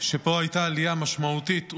שבו הייתה עלייה משמעותית,